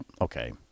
Okay